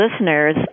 listeners